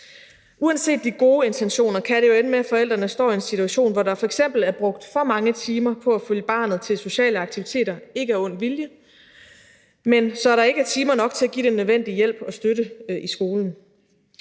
Uanset de gode intentioner kan det ende med, at forældrene står i en situation, hvor der f.eks. er brugt for mange timer på at følge barnet til sociale aktiviteter – ikke af ond vilje – så der ikke er timer nok til at give den nødvendige hjælp og støtte i skolen.